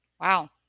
Wow